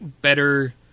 better